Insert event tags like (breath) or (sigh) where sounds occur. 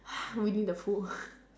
(breath) winnie the pooh